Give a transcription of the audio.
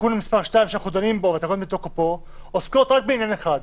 שאנחנו דנים בו, עוסק רק בעניין אחד: